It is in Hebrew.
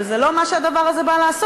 אבל זה לא מה שהדבר הזה בא לעשות.